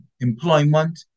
employment